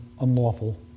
unlawful